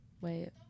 Wait